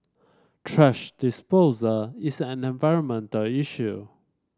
thrash disposal is an environmental issue